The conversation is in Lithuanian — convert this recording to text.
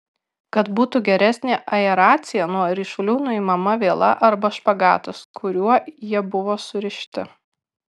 kad būtų geresnė aeracija nuo ryšulių nuimama viela arba špagatas kuriuo jie buvo surišti